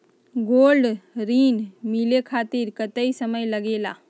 Gold ऋण मिले खातीर कतेइक समय लगेला?